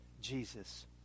Jesus